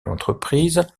l’entreprise